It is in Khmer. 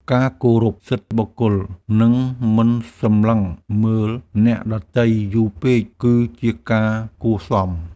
ការគោរពសិទ្ធិបុគ្គល និងមិនសម្លឹងមើលអ្នកដទៃយូរពេក គឺជាការគួរសម។